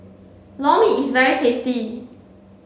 Lor Mee is very tasty